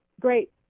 great